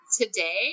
Today